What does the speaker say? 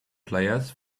players